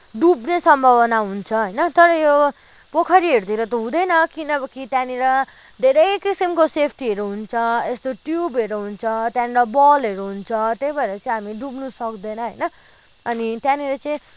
डुब्ने सम्भावना हुन्छ होइन तर यो पोखरीहरूतिर त हुँदैन किनकि त्यहाँनिर धेरै किसिमको सेफ्टीहरू हुन्छ ट्युबहरू हुन्छ त्यहाँनिर बलहरू हुन्छ त्यही भएर चाहिँ हामी डुब्नु सक्दैन होइन अनि त्यहाँनिर चाहिँ